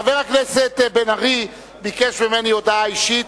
חבר הכנסת בן-ארי ביקש ממני הודעה אישית,